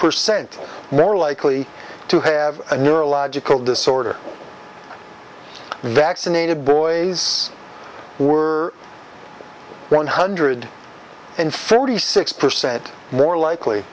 percent more likely to have a neurological disorder vaccinated boys were one hundred and thirty six percent more likely